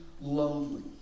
lonely